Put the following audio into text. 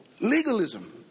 Legalism